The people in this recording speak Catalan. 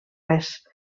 res